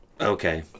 Okay